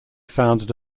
founded